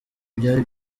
byari